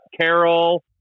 Carol